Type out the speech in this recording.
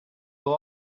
will